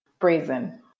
Brazen